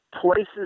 places